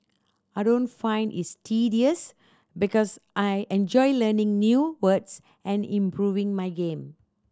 I don't find it's tedious because I enjoy learning new words and improving my game